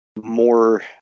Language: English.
more